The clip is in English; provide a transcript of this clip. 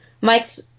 Mike's